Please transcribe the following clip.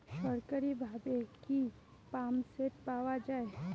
সরকারিভাবে কি পাম্পসেট পাওয়া যায়?